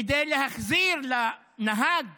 כדי להחזיר לנהג